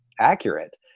accurate